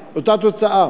תוצאה?